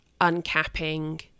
uncapping